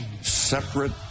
separate